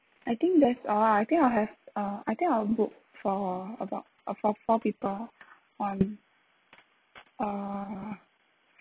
I think that's all I think I'll have uh I think I'll book for about a four four people on uh